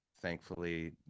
thankfully